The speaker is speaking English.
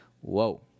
Whoa